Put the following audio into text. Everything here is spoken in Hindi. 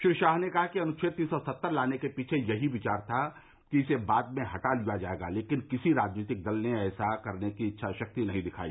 श्री शाह ने कहा कि अनुच्छेद तीन सौ सत्तर लाने के पीछे यही विचार था कि इसे बाद में हटा लिया जाएगा लेकिन किसी राजनीतिक दल ने ऐसा करने की इच्छा शक्ति नहीं दिखाई